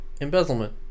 Embezzlement